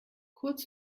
kurz